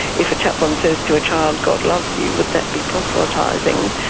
if a chaplain says to a child, god loves you would that be proselytising?